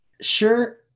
Sure